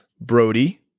Brody